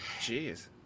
Jeez